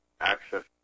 access